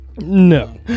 no